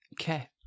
Okay